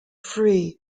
free